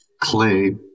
clay